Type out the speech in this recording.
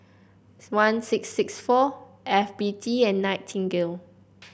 one six six four F B T and Nightingale